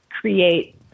create